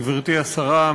גברתי השרה,